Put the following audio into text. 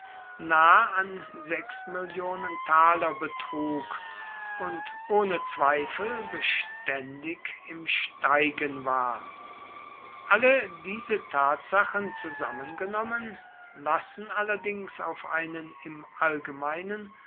nahe an mill taler betrug und ohne zweifel beständig im steigen war alle diese tatsachen zusammengenommen lassen allerdings auf einen im allgemeinen